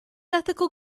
ethical